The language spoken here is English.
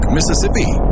Mississippi